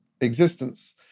existence